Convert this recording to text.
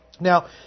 Now